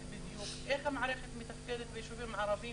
בדיוק איך המערכת מתפקדת ביישובים הערביים,